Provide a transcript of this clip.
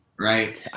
right